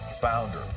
founder